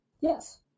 Yes